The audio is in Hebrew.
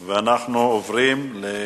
אין.